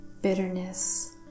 bitterness